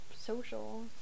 social